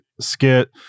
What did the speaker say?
skit